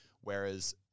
Whereas